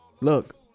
Look